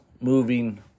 Moving